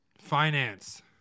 Finance